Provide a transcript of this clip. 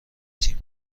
تیم